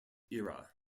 era